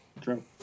true